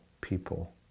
people